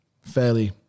fairly